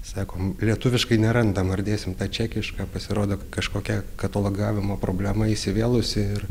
sakom lietuviškai nerandam ar dėsim tą čekišką pasirodo kažkokia katalogavimo problema įsivėlusi ir